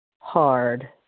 hard